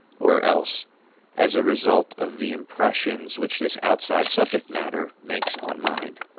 or else as a result of the impressions which this outside subject matter makes on mind,